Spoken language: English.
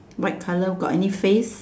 white colour got any face